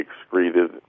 excreted